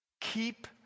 keep